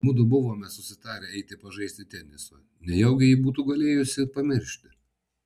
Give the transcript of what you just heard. mudu buvome susitarę eiti pažaisti teniso nejaugi ji būtų galėjusi pamiršti